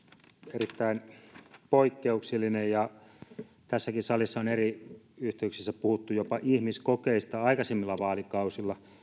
erittäin poikkeuksellinen tässäkin salissa on eri yhteyksissä puhuttu jopa ihmiskokeista aikaisemmilla vaalikausilla